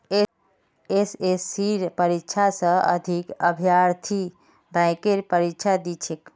एसएससीर परीक्षा स अधिक अभ्यर्थी बैंकेर परीक्षा दी छेक